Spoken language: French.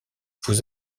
vous